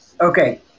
okay